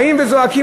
באים וזועקים.